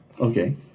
Okay